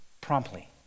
promptly